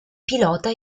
pilota